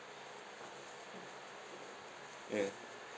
ya